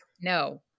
No